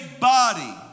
body